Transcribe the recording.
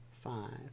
five